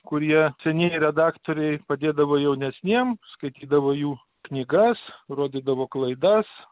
kurie senieji redaktoriai padėdavo jaunesniem skaitydavo jų knygas rodydavo klaidas